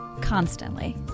Constantly